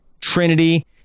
Trinity